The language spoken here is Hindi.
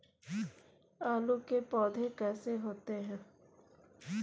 आलू के पौधे कैसे होते हैं?